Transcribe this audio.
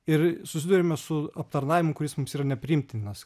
ir susiduriame su aptarnavimu kuris mums yra nepriimtinas